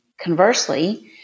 Conversely